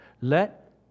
Let